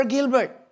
Gilbert